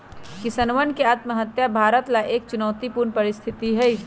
किसानवन के आत्महत्या भारत ला एक चुनौतीपूर्ण परिस्थिति हई